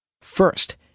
First